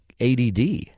ADD